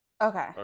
Okay